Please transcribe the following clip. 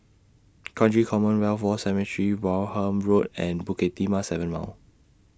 Kranji Commonwealth War Cemetery Wareham Road and Bukit Timah seven Mile